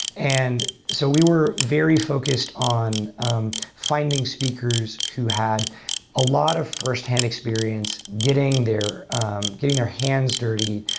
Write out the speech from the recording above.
and so we were very focused on um finding speakers who had a lot of firsthand experience getting their um getting their hands dirty,